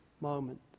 moment